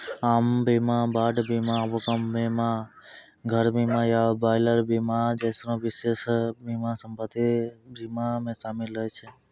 आग बीमा, बाढ़ बीमा, भूकंप बीमा, घर बीमा या बॉयलर बीमा जैसनो विशेष बीमा सम्पति बीमा मे शामिल रहै छै